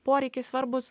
poreikiai svarbūs